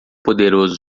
poderoso